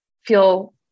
feel